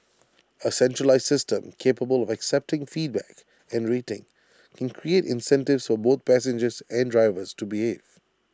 A centralised system capable of accepting feedback and rating can create incentives for both passengers and drivers to behave